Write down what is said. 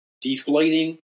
deflating